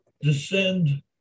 descend